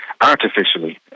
artificially